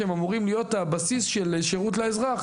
שהם צריכים להיות הבסיס של שירות לאזרח,